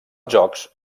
jocs